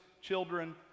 children